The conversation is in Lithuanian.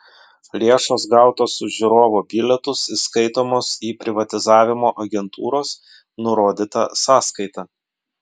lėšos gautos už žiūrovo bilietus įskaitomos į privatizavimo agentūros nurodytą sąskaitą